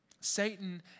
Satan